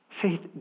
Faith